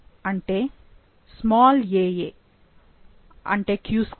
అంటే "aa" అంటే q2